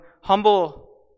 humble